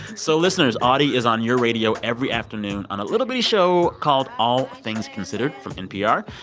so listeners, audie is on your radio every afternoon on a little-bitty show called all things considered, from npr.